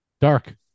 dark